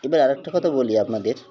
এবার আরে একটা কথা বলি আপনাদের